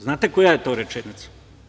Znate koja je to rečenica?